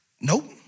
nope